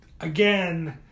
again